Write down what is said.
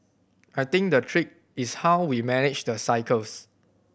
I think the trick is how we manage the cycles